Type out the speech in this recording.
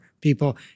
people